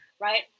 right